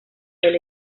del